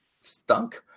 stunk